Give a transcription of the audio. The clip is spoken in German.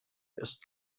ist